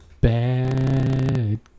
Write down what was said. bad